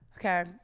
Okay